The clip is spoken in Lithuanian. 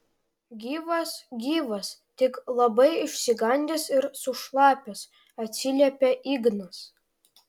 gyvas gyvas tik labai išsigandęs ir sušlapęs atsiliepia ignas